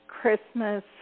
Christmas